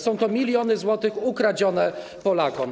Są to miliony złotych ukradzione Polakom.